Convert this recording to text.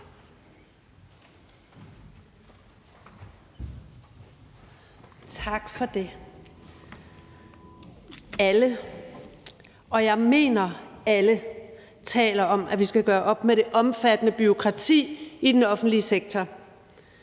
Tak for det. Alle – og jeg mener alle – taler om, at vi skal gøre op med det omfattende bureaukrati i den offentlige sektor.